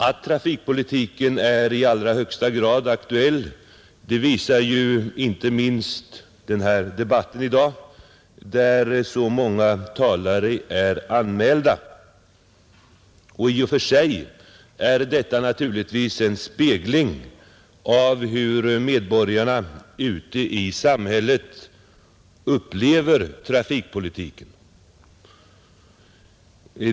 Att trafikpolitiken är i allra högsta grad aktuell Nr 85 visar inte minst dagens debatt där så många talare är anmälda. I och för Torsdagen den sig är detta naturligtvis en spegling av hur medborgarna ute i samhället 13 maj 1971 upplever trafikpolitiken.